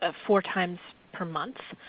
ah four times per month.